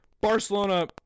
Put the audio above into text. Barcelona